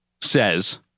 says